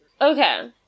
Okay